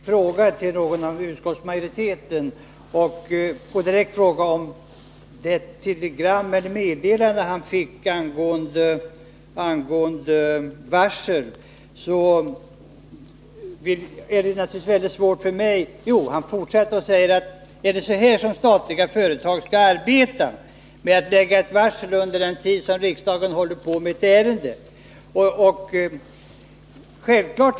Fru talman! Nils-Olof Grönhagen ställde en direkt fråga till någon av utskottsmajoritetens företrädare med anledning av det telegram eller meddelande han fått angående varsel. Han undrade om statliga företag skall arbeta på detta sätt — lägga varsel under den tid som riksdagen behandlar ett ärende om företaget i fråga.